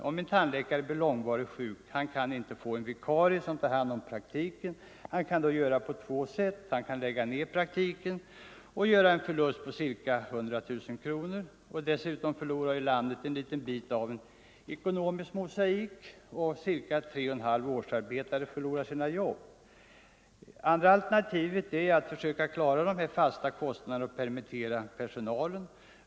Om en tandläkare blir långvarigt sjuk kan han inte få en vikarie som tar hand om praktiken. Han kan då göra på två sätt. Det första alternativet är att lägga ned praktiken och göra en förlust på ca 100 000 kronor. Då förlorar dessutom landet en liten bit av sin ekonomiska mosaik, och ca 3,5 årsarbeten försvinner. Det andra alternativet är att försöka klara de fasta kostnaderna och permittera personalen.